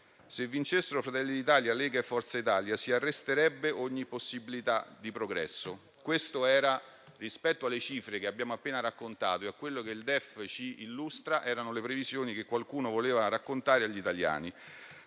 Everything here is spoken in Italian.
se vincessero Fratelli d'Italia, Lega e Forza Italia, si arresterebbe ogni possibilità di progresso. Queste, rispetto alle cifre che abbiamo appena raccontato e a quello che il DEF ci illustra, erano le previsioni che qualcuno voleva raccontare agli italiani.